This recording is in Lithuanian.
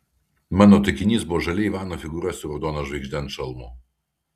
mano taikinys buvo žalia ivano figūra su raudona žvaigžde ant šalmo